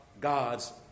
God's